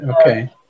okay